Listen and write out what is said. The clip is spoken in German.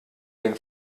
den